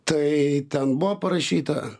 tai ten buvo parašyta